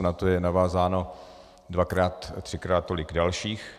Na to je navázáno dvakrát, třikrát tolik dalších.